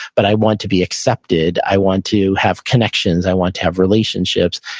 but i want to be accepted, i want to have connections, i want to have relationships.